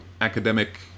academic